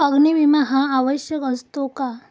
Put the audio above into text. अग्नी विमा हा आवश्यक असतो का?